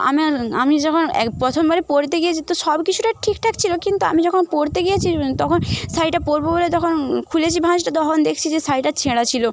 আমার আমি যখন এক প্রথমবারে পরতে গিয়েছি তো সব কিছুটা ঠিকঠাক ছিলো কিন্তু আমি যখন পরতে গিয়েছি তখন শাড়িটা পরবো বলে তখন খুলেছি ভাঁজটা তখন দেখছি যে শাড়িটা ছেঁড়া ছিলো